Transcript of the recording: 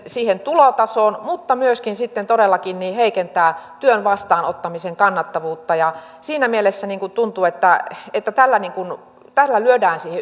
tulotasoon kuin myöskin todellakin heikentää työn vastaanottamisen kannattavuutta siinä mielessä tuntuu että että tällä lyödään